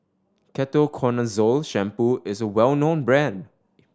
Ketoconazole Shampoo is a well known brand